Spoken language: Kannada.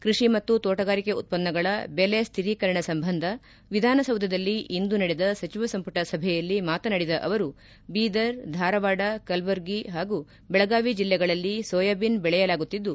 ಕೃಷಿ ಮತ್ತು ತೋಟಗಾರಿಕೆ ಉತ್ಪನ್ನಗಳ ಬೆಲೆ ಶ್ಯಿರೀಕರಣ ಸಂಬಂಧ ವಿಧಾನಸೌಧದಲ್ಲಿ ಇಂದು ನಡೆದ ಸಚಿವ ಸಂಮಟ ಸಭೆಯಲ್ಲಿ ಮಾತನಾಡಿದ ಅವರು ಬೀದರ್ ಧಾರವಾಡ ಕಲಬುರಗಿ ಹಾಗೂ ಬೆಳಗಾವಿ ಜಿಲ್ಲೆಗಳಲ್ಲಿ ಸೋಯಾಬಿನ್ ಬೆಳೆಯಲಾಗುತ್ತಿದ್ದು